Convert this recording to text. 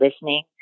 listening